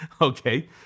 Okay